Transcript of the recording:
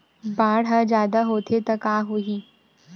बाढ़ ह जादा होथे त का होही?